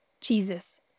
Jesus